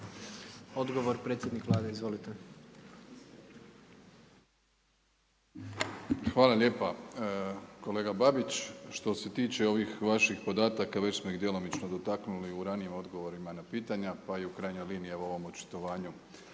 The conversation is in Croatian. Odgovor predsjednik Vlade izvolite. **Plenković, Andrej (HDZ)** Hvala lijepo kolega Babić, što se tiče ovih vaših podataka, već smo ih djelomično dotaknuli u ranijim odgovorima na pitanja, pa i u krajnjoj liniji, evo i u ovom očitovanju